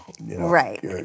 Right